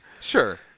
Sure